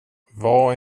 var